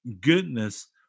goodness